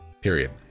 period